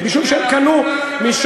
המליאה.) ואני גם אענה לגבי יוקר המחיה.